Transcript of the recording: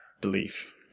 belief